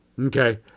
Okay